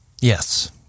Yes